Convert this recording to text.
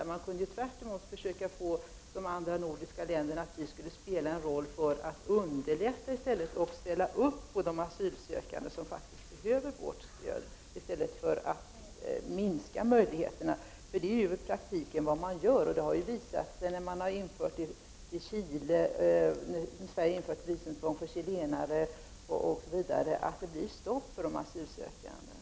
Sverige kunde tvärtom få de övriga nordiska länderna med på att vi skall underlätta och ställa upp för de asylsökande, som faktiskt behöver vårt stöd, i stället för att minska möjligheterna till asyl, vilket i praktiken är det man i dag gör. Sverige har infört visumtvång för chilenare m.fl., och detta har inneburit ett stopp för de asylsökande.